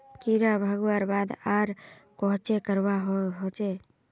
कीड़ा भगवार बाद आर कोहचे करवा होचए?